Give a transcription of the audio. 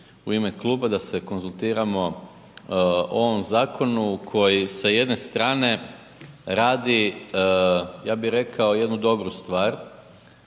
u ime kluba da se konzultiramo o ovom zakonu koji sa jedne strane radi, ja bih rekao jednu dobru stvar